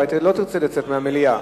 הרי לא תרצה לצאת מהמליאה.